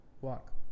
walk